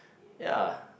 ya